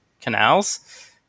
canals